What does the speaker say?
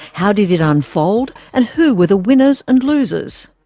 how did it unfold and who were the winners and losers?